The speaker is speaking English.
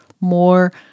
more